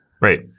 Right